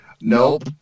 nope